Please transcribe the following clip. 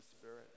Spirit